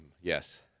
Yes